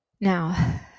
Now